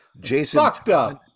Jason